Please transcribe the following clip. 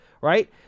right